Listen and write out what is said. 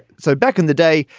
so back in the day,